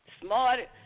Smart